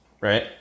right